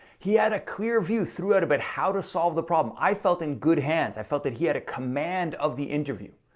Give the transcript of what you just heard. he had a clear view throughout about how to solve the problem. i felt in good hands, i felt that he had a command of the interview.